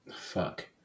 Fuck